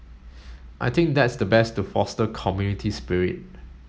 I think that's the best to foster community spirit